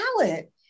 palette